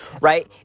right